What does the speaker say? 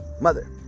mother